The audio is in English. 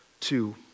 Two